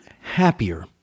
happier